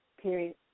Period